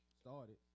Started